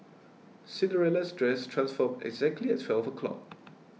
Cinderella's dress transformed exactly at twelve o'clock